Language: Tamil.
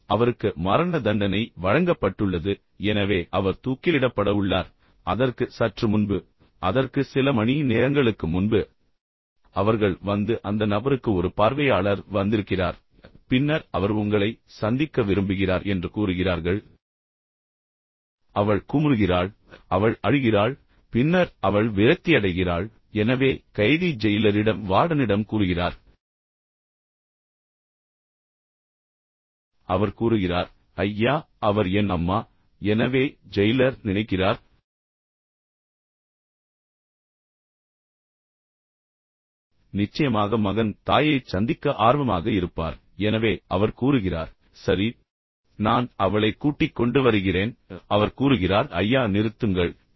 அவருக்கு மரண தண்டனை வழங்கப்பட்டுள்ளது எனவே அவர் தூக்கிலிடப்பட உள்ளார் அதற்கு சற்று முன்பு அதற்கு சில மணி நேரங்களுக்கு முன்பு அவர்கள் வந்து அந்த நபருக்கு ஒரு பார்வையாளர் வந்திருக்கிறார் பின்னர் அவர் உங்களை சந்திக்க விரும்புகிறார் என்று கூறுகிறார்கள் அவள் குமுறுகிறாள் அவள் அழுகிறாள் பின்னர் அவள் விரக்தியடைகிறாள் எனவே கைதி ஜெயிலரிடம் வார்டனிடம் கூறுகிறார் அவர் கூறுகிறார் ஐயா அவர் என் அம்மா எனவே ஜெயிலர் நினைக்கிறார் நிச்சயமாக மகன் தாயைச் சந்திக்க ஆர்வமாக இருப்பார் எனவே அவர் கூறுகிறார் சரி நான் அவளைக் கூட்டிக்கொண்டு வருகிறேன் அவர் கூறுகிறார் ஐயா நிறுத்துங்கள் ஏன்